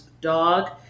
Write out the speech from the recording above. dog